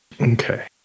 Okay